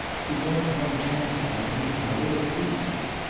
he wanted one chance at them, anyhow. they were beasts.